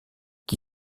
qui